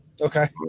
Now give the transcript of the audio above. Okay